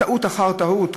טעות אחר טעות,